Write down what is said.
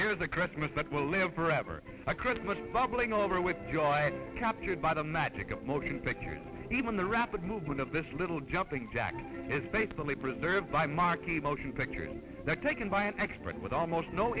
there is a christmas that will live forever a christmas bubbling over with joy captured by the magic of motion pictures even the rapid movement of this little jumping jack is basically preserved by marquis motion pictures taken by an expert with almost no